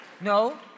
No